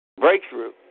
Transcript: breakthrough